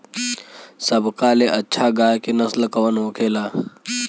सबका ले अच्छा गाय के नस्ल कवन होखेला?